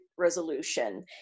Resolution